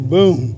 Boom